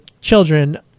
children